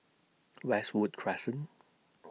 Westwood Crescent